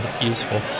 useful